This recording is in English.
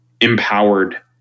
empowered